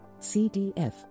CDF